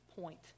point